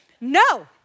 No